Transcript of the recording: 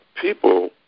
people